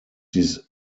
dies